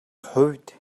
хувьд